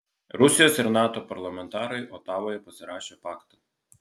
rusijos ir nato parlamentarai otavoje pasirašė paktą